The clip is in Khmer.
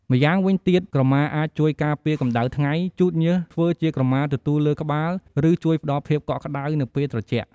ម្យ៉ាងវិញទៀត ក្រមាអាចជួយការពារកម្ដៅថ្ងៃ ជូតញើស ធ្វើជាក្រមាទទូលលើក្បាល ឬជួយផ្ដល់ភាពកក់ក្ដៅនៅពេលត្រជាក់។